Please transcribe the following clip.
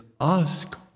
ask